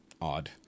odd